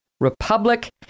Republic